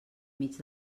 mig